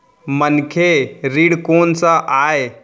मनखे ऋण कोन स आय?